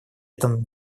этом